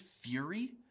fury